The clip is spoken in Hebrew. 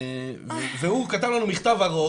הוא כתב לנו מכתב ארוך,